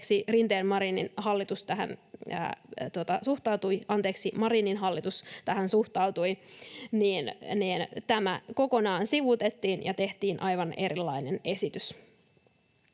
miten Marinin hallitus tähän suhtautui, niin tämä kokonaan sivuutettiin ja tehtiin aivan erilainen esitys.